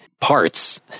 parts